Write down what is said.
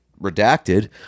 redacted